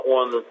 one